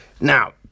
Now